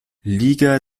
liga